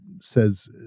says